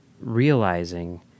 realizing